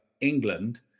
England